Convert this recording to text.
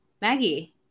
Maggie